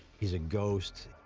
he's a ghost,